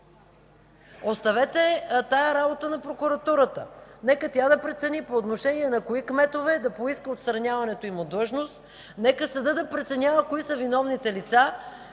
Оставете тази работа на прокуратурата. Нека тя да прецени по отношение на кои кметове да поиска отстраняването им от длъжност. Нека съдът да преценява кои са виновните лица.